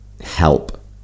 help